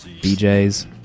BJs